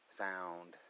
sound